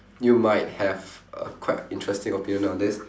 you might have err quite interesting opinion on this